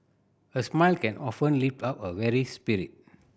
a smile can often lift up a weary spirit